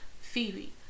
Phoebe